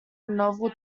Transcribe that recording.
novel